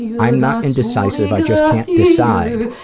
i'm not indecisive, i just can't decide,